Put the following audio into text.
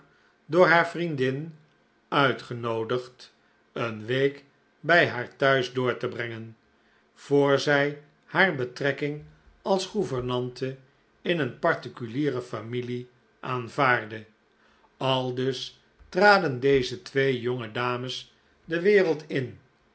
door haar vriendin uitgenoodigd een week bij haar thuis door te brengen voor zij haar betrekking als gouvernante in een particuliere familie aanvaardde aldus traden deze twee jonge dames de wereld in